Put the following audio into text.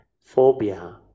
phobia